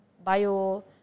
Bio